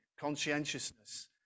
conscientiousness